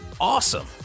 awesome